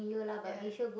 ya